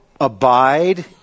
Abide